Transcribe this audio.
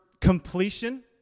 completion